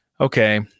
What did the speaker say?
okay